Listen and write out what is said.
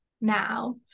now